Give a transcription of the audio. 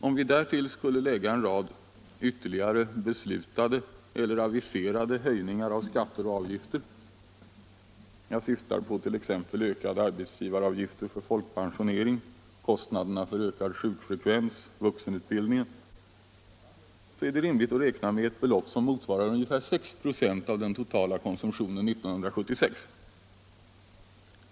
Om vi därtill skulle lägga en rad ytterligare beslutade eller aviserade höjningar av skatter och avgifter — jag syftar t.ex. på ökade arbetsgivaravgifter för folkpensioneringen, på kostnaderna för ökad sjukfrekvens och för vuxenutbildningen — är det rimligt att räkna med ett belopp som motsvarar ungefär 6 96 av den totala konsumtionen 1976.